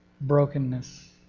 brokenness